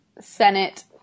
Senate